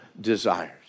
desires